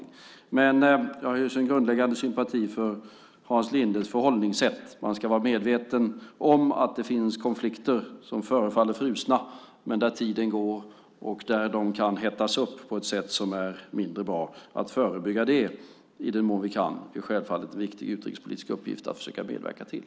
Men jag hyser en grundläggande sympati för Hans Lindes förhållningssätt. Man ska vara medveten om att det finns konflikter som förefaller frusna men att de när tiden går kan hettas upp på ett sätt som är mindre bra. Att förebygga det i den mån vi kan är självfallet en viktig utrikespolitisk uppgift att försöka medverka till.